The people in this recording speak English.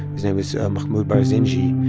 his name is mahmud barzanji.